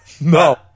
No